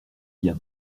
bien